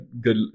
good